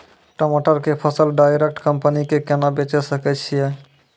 टमाटर के फसल डायरेक्ट कंपनी के केना बेचे सकय छियै?